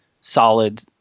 solid